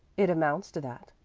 it amounts to that.